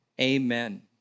Amen